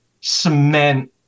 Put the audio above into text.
cement